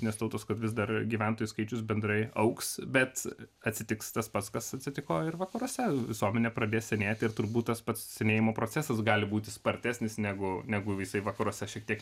nes tautos kad vis dar gyventojų skaičius bendrai augs bet atsitiks tas pats kas atsitiko ir vakaruose visuomenė pradės senėti ir turbūt tas pats senėjimo procesas gali būti spartesnis negu negu jisai vakaruose šiek tiek